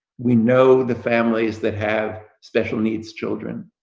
we know the families that have special needs children.